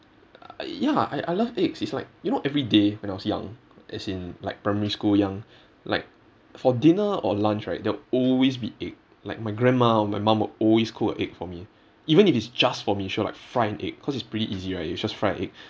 e~ ya I I love eggs it's like you know every day when I was young as in like primary school young like for dinner or lunch right there'll always be egg like my grandma or my mum will always cook a egg for me even if it's just for me she'll like fry an egg because it's pretty easy right just fry an egg